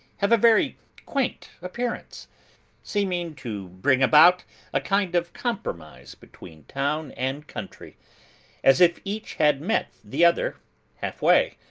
have a very quaint appearance seeming to bring about a kind of compromise between town and country as if each had met the other half-way,